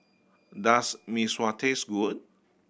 does Mee Sua taste wood